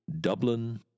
Dublin